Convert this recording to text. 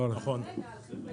לא על עסקים.